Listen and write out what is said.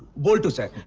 boltu, sir.